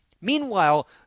meanwhile